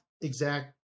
exact